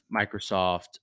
Microsoft